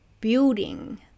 building